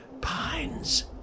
Pines